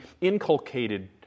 inculcated